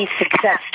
success